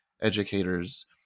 educators